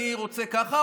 אני רוצה ככה,